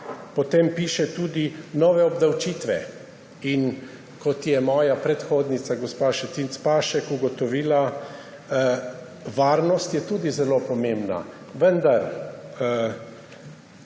Potem piše tudi nove obdavčitve. Kot je moja predhodnica gospa Šetinc Pašek ugotovila, je varnost tudi zelo pomembna. Vendar